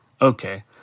okay